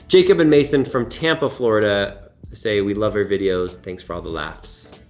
jacob and mason from tampa florida say, we love your videos, thanks for all the laughs.